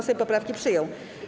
Sejm poprawki przyjął.